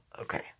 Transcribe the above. okay